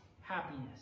happiness